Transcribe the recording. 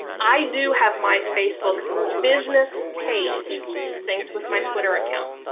i do have my facebook business page synced with my twitter account.